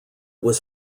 was